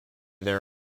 there